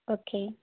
okay